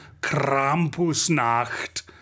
Krampusnacht